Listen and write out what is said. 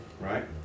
right